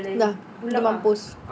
dah pergi mampus